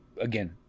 Again